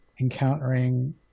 encountering